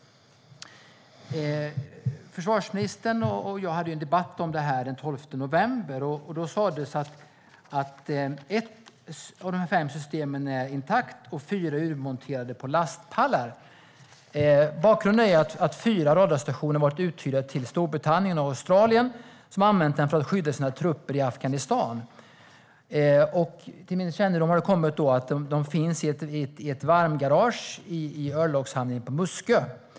Försvarsministern och jag hade en debatt om det här den 12 november. Då sas det att ett av de fem systemen är intakt och att fyra är urmonterade och ligger på lastpallar. Bakgrunden är att fyra radarstationer har varit uthyrda till Storbritannien och Australien, som har använt dem för att skydda sina trupper i Afghanistan. Till min kännedom har det kommit att de finns i ett varmgarage i örlogshamnen på Muskö.